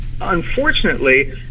unfortunately